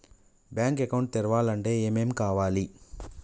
Bank account తెరవాలంటే ఏమేం కావాలి?